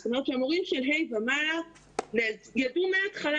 זאת אומרת שהמורים של ה' ומעלה ידעו מהתחלה